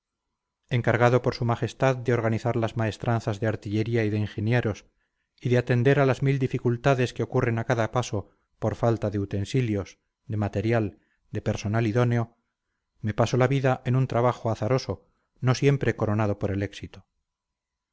encargado por su majestad de organizar las maestranzas de artillería y de ingenieros y de atender a las mil dificultades que ocurren a cada paso por falta de utensilios de material de personal idóneo me paso la vida en un trabajo azaroso no siempre coronado por el éxito